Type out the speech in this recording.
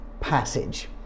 passage